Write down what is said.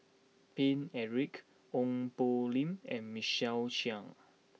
Paine Eric Ong Poh Lim and Michael Chiang